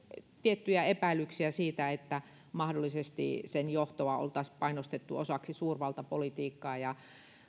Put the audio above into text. tiettyjä epäilyksiä siitä että sen johtoa oltaisiin mahdollisesti painostettu osaksi suurvaltapolitiikkaa